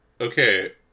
Okay